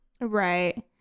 Right